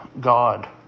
God